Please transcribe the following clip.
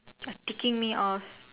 you're taking me off